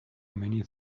many